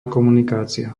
komunikácia